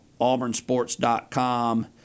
auburnsports.com